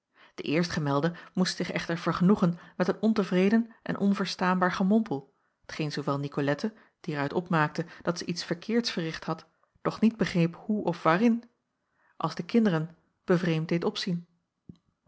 de eerstgemelde moest zich echter vergenoegen met een ontevreden en onverstaanbaar gemompel t geen zoowel nicolette die er uit opmaakte dat zij iets verkeerds verricht had doch niet begreep hoe of waarin als de kinderen bevreemd deed opzien